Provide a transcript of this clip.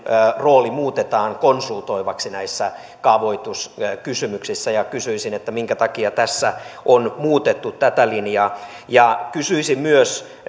rooli muutetaan konsultoivaksi näissä kaavoituskysymyksissä ja kysyisin minkä takia tässä on muutettu tätä linjaa kysyisin myös kun